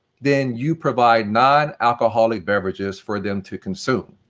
then you provide non alcohol ic beverages for them to consume.